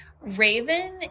Raven